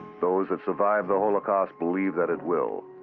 those that survived the holocaust believe that it will.